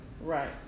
Right